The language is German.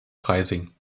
freising